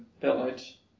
village